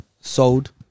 sold